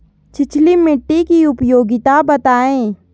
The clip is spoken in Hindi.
छिछली मिट्टी की उपयोगिता बतायें?